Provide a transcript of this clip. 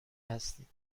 هستید